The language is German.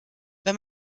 wenn